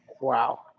Wow